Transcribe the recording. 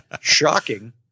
Shocking